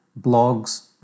blogs